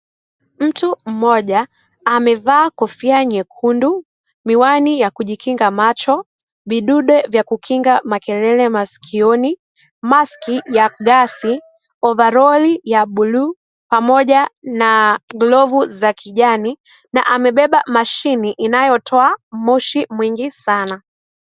Mtu mmoja amevaa kofia nyekundu, miwani ya kujikinga macho, vidude vya kukinga makerere masikioni, maski ya gasi, ovaroli ya buluu pamoja na glovu za kijani. Na amebeba mashine inayotoa moshi mwingi sana.